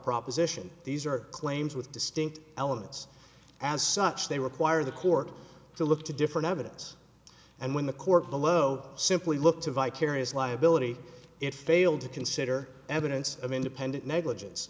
proposition these are claims with distinct elements as such they require the court to look to different evidence and when the court below simply look to vicarious liability it failed to consider evidence of independent negligence